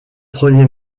premier